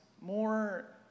more